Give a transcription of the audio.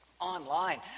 online